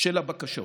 של הבקשות.